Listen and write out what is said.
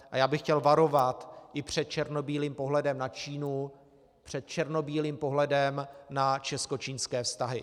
A chtěl bych varovat i před černobílým pohledem na Čínu, před černobílým pohledem na českočínské vztahy.